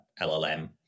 llm